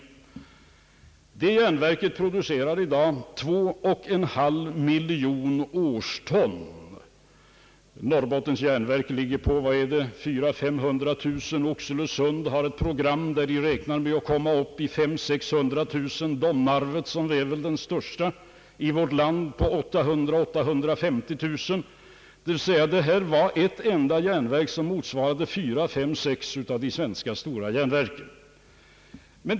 Det järnverket producerar i dag 2,5 miljoner årston. Norrbottens järnverk producerar 400 000—500 900 ton. Oxelösund har ett program enligt vilket man beräknar komma upp till 500 000 å 600 000 ton. Domnarfvet, som väl är det största i vårt land, producerar 800 000 a 850 000 ton. Här var det alltså ett enda järnverk motsvarande fyra, fem eller sex av de stora svenska järnverken.